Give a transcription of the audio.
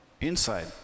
inside